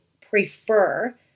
prefer